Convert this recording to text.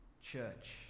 church